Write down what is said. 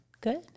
Good